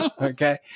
Okay